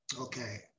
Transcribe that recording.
Okay